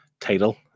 title